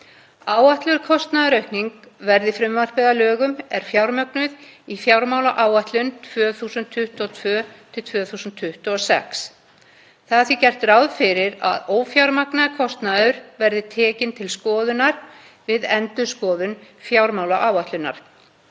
„Áætluð kostnaðaraukning, verði frumvarpið að lögum, er ófjármögnuð í fjármálaáætlun 2022–2026. Það er því gert ráð fyrir að ófjármagnaður kostnaður verði tekinn til skoðunar við endurskoðun fjármálaáætlunar.“